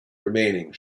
remaining